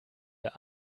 der